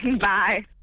Bye